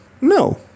No